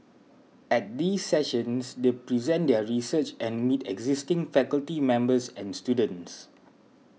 at these sessions they present their research and meet existing faculty members and students